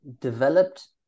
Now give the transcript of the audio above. developed